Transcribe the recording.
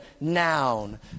noun